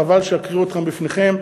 חבל שאקריא אותם בפניכם.